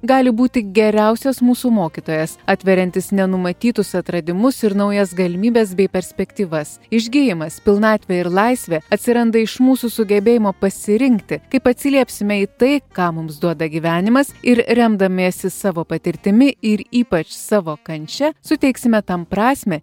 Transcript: gali būti geriausias mūsų mokytojas atveriantis nenumatytus atradimus ir naujas galimybes bei perspektyvas išgijimas pilnatvė ir laisvė atsiranda iš mūsų sugebėjimo pasirinkti kaip atsiliepsime į tai ką mums duoda gyvenimas ir remdamiesi savo patirtimi ir ypač savo kančia suteiksime tam prasmę